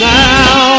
now